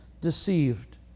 deceived